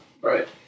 Right